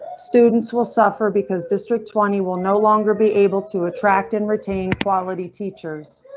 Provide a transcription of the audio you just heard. students will suffer because district twenty will no longer be able to attract and retain. quality teachers